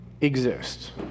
exist